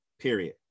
period